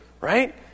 right